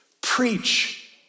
Preach